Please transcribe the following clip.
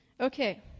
Okay